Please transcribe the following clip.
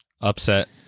upset